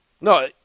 No